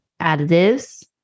additives